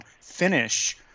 finish